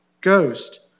Ghost